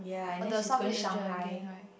oh the Southeast Asia again right